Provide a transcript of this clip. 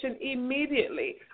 immediately